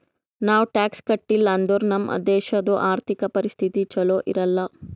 ನಾವ್ ಟ್ಯಾಕ್ಸ್ ಕಟ್ಟಿಲ್ ಅಂದುರ್ ನಮ್ ದೇಶದು ಆರ್ಥಿಕ ಪರಿಸ್ಥಿತಿ ಛಲೋ ಇರಲ್ಲ